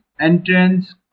Entrance